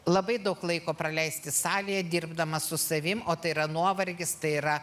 labai daug laiko praleisti salėje dirbdamas su savimi o tai yra nuovargis tai yra